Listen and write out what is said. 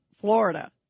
Florida